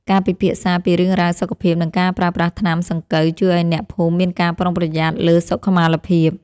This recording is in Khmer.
ការពិភាក្សាពីរឿងរ៉ាវសុខភាព និងការប្រើប្រាស់ថ្នាំសង្កូវជួយឱ្យអ្នកភូមិមានការប្រុងប្រយ័ត្នលើសុខុមាលភាព។